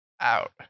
Out